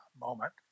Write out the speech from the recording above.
moment